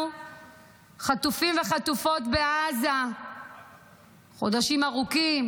חטופים וחטופות בעזה חודשים ארוכים.